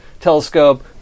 telescope